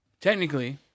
Technically